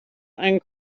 and